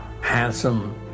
Handsome